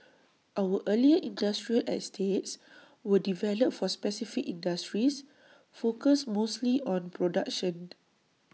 our earlier industrial estates were developed for specific industries focused mostly on production